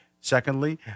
Secondly